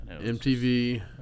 MTV